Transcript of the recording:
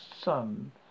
sun